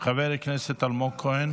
אלמוג כהן,